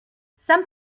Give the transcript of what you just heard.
some